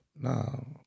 No